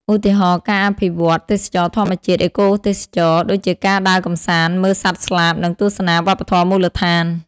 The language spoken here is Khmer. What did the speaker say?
ឧទាហរណ៍ ការអភិវឌ្ឍទេសចរណ៍ធម្មជាតិ អេកូទេសចរណ៍ ដូចជាការដើរកម្សាន្ត មើលសត្វស្លាប និងទស្សនាវប្បធម៌មូលដ្ឋាន។